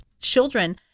children